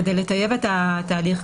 כדי לטייב את התהליך,